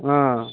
ఆ